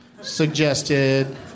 Suggested